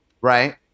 right